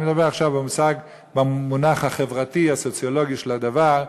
אני מדבר עכשיו במונח החברתי-הסוציולוגי של הדבר,